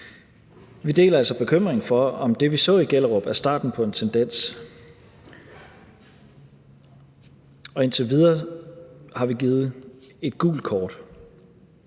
Vi deler altså bekymringen for, om det, vi så i Gellerup, er starten på en tendens, og indtil videre har vi givet et gult kort.